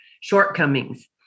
shortcomings